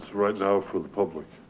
right now for the public.